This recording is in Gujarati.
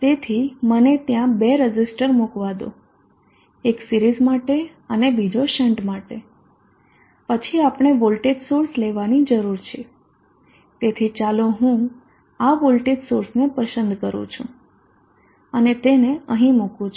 તેથી મને ત્યાં બે રઝિસ્ટર મૂકવા દો એક સિરીઝ માટે અને બીજો શન્ટ માટે પછી આપણે વોલ્ટેજ સોર્સ લેવાની જરૂર છે તેથી ચાલો હું આ વોલ્ટેજ સોર્સને પસંદ કરું છું અને તેને અહીં મુકું છું